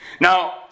now